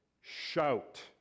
shout